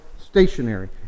stationary